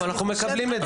אנחנו מקבלים את זה.